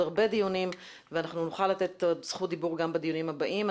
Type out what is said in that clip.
הרבה דיונים ונוכל לתת זכות דיבור גם בדיונים הבאים.